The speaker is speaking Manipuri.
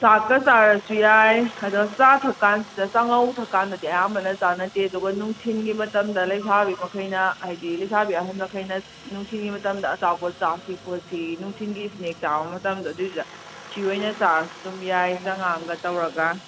ꯆꯥꯛꯀ ꯆꯥꯔꯁꯨ ꯌꯥꯏ ꯑꯗ ꯆꯥꯗ꯭ꯔꯣꯀꯥꯟꯁꯤꯗ ꯆꯥꯉꯧ ꯊꯛꯀꯥꯟꯗꯗꯤ ꯑꯌꯥꯝꯕꯅ ꯆꯥꯅꯗꯦ ꯑꯗꯨꯒ ꯅꯨꯡꯊꯤꯜꯒꯤ ꯃꯇꯝꯗ ꯂꯩꯁꯥꯕꯤ ꯃꯈꯩꯅ ꯍꯥꯏꯗꯤ ꯂꯩꯁꯥꯕꯤ ꯑꯍꯟ ꯃꯈꯩꯅ ꯅꯨꯡꯊꯤꯜꯒꯤ ꯃꯇꯝꯗ ꯑꯆꯥꯄꯣꯠ ꯆꯥꯁꯤ ꯈꯣꯠꯁꯤ ꯅꯨꯡꯊꯤꯜꯒꯤ ꯏꯁꯅꯦꯛ ꯆꯥꯕ ꯃꯇꯝꯗ ꯑꯗꯨꯏꯗꯨꯗ ꯁꯤꯑꯣꯏꯅ ꯆꯥꯔꯁꯨ ꯑꯗꯨꯝ ꯌꯥꯏ ꯆꯥꯉꯥꯡꯒ ꯇꯧꯔꯒ